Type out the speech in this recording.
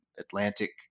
Atlantic